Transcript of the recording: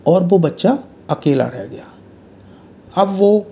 और वो बच्चा अकेला रह गया अब वह